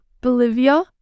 Bolivia